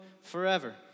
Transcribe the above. forever